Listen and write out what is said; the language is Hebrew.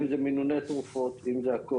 אם זה מינוני תרופות, אם זה הכל.